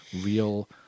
real